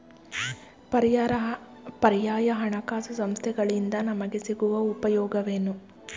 ಪರ್ಯಾಯ ಹಣಕಾಸು ಸಂಸ್ಥೆಗಳಿಂದ ನಮಗೆ ಸಿಗುವ ಉಪಯೋಗವೇನು?